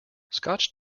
scotch